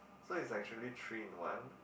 so it's like actually three in one